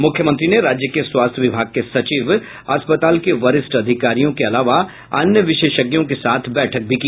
मुख्यमंत्री ने राज्य के स्वास्थ्य विभाग के सचिव अस्पताल के वरिष्ठ अधिकारियों के अलावा अन्य विशेषज्ञों के साथ बैठक भी की